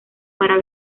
para